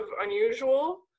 unusual